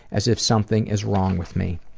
as if something is wrong with me.